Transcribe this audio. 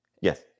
Yes